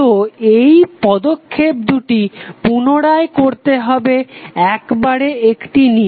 তো এই পদক্ষেপ দুটি পুনরায় করতে হবে একবারে একটি নিয়ে